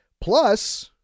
Plus